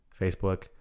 Facebook